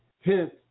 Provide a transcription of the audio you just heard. Hence